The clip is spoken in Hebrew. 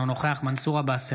אינו נוכח מנסור עבאס,